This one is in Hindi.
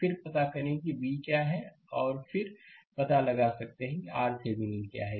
फिर पता करें कि V क्या है और फिर आप पता लगा सकते हैं किRThevenin क्या है